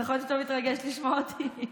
נכון שאתה מתרגש לשמוע אותי?